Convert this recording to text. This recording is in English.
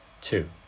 two